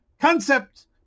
concept